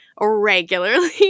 regularly